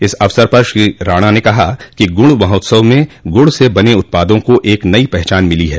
इस अवसर पर श्री राणा ने कहा कि गुड़ महोत्सव में गुड़ से बने उत्पादो को एक नई पहचान मिली है